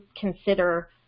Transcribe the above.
consider